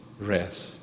rest